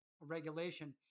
regulation